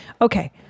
okay